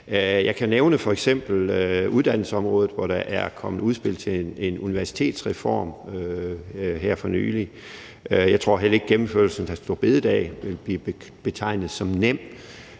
Jeg kan f.eks. nævne uddannelsesområdet, hvor der er kommet et udspil til en universitetsreform her for nylig. Jeg tror heller ikke, at gennemførelsen af forslaget om store bededag ville blive betegnet som nem.